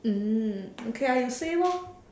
mm okay ah you say lor